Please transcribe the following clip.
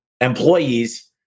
employees